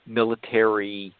military